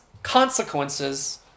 consequences